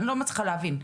לא מצליחה להבין,